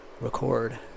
record